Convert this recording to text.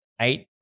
eight